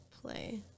play